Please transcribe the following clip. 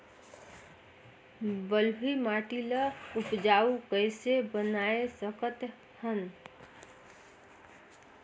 बलुही माटी ल उपजाऊ कइसे बनाय सकत हन?